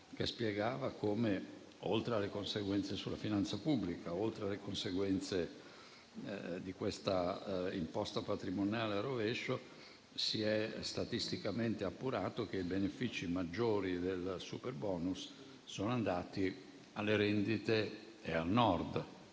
che spiegava come, oltre alle conseguenze sulla finanza pubblica e oltre alle conseguenze di questa imposta patrimoniale al rovescio, si è statisticamente appurato che i benefici maggiori del superbonus sono andati alle rendite e al Nord,